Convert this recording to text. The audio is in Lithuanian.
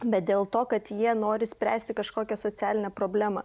bet dėl to kad jie nori spręsti kažkokią socialinę problemą